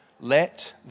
Let